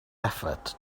effort